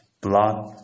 blood